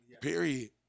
Period